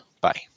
Bye